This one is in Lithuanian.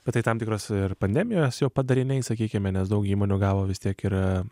bet tai tam tikros ir pandemijos jau padariniai sakykime nes daug įmonių gavo vis tiek ir